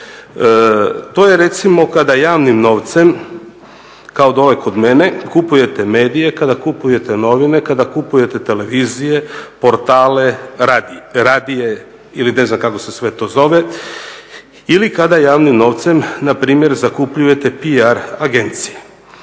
To je recimo kada javnim novcem kao dole kod mene kupujete medije, kada kupujete novine, kada kupujete televizije, portale, radije ili ne znam kako se to sve zove ili kada javnim novcem npr. zakupljujete PR agencije.